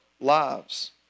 lives